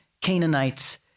Canaanites